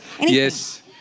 yes